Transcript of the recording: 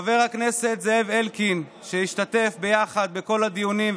לחבר הכנסת זאב אלקין, שהשתתף בכל הדיונים.